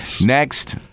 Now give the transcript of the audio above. Next